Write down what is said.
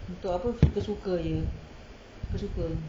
untuk apa suka-suka jer suka-suka